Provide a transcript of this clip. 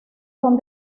son